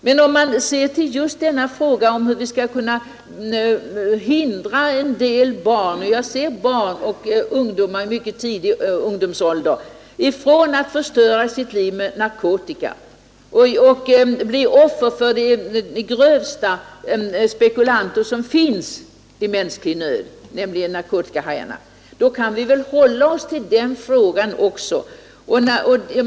Låt oss nu se på just denna fråga om hur vi skall kunna hindra en del barn och ungdomar i mycket tidig ungdomsålder ifrån att förstöra sitt liv med narkotika och bli offer för de grövsta spekulanter som finns i mänsklig nöd, nämligen narkotikahajarna. Då kan vi väl också hålla oss till den frågan.